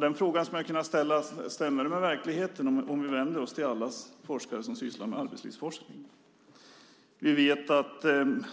Den fråga som man skulle kunna ställa är: Stämmer det med verkligheten om vi vänder oss till alla forskare som sysslar med arbetslivsforskning? Vi vet att